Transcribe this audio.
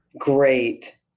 Great